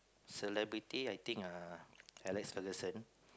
celebrity I think err Alex-Ferguson